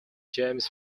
james